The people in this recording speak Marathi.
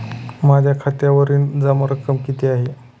माझ्या खात्यावरील जमा रक्कम किती आहे?